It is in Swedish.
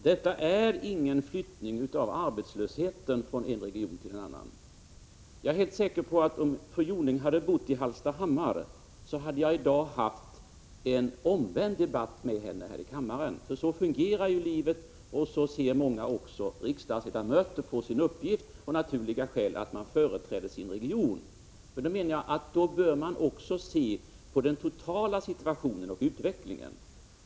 Herr talman! Detta är ingen flyttning av arbetslöshet från en region till en annan. Jag är helt säker på att om fru Jonäng hade bott i Hallstahammar, hade jag i dag haft en omvänd debatt med henne här i kammaren. Så fungerar ju livet, och så ser också många riksdagsledamöter av naturliga skäl på sin uppgift — att företräda sin region. Men jag menar att man också bör se till den totala situationen och utvecklingen.